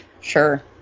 Sure